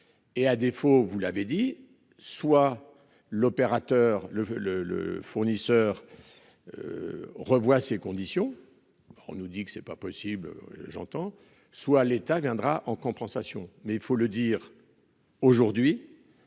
Et à défaut vous l'avez dit, soit l'opérateur, le le le fournisseur. Revoit ses conditions. On nous dit que c'est pas possible j'entends soit l'État viendra en compensation mais il faut le dire. Aujourd'hui.